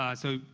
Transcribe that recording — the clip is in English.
um so,